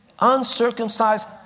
uncircumcised